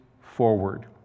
forward